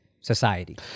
society